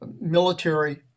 military